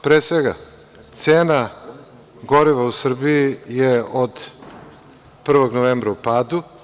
Pre svega, cena goriva u Srbiji je od 1. novembra u padu.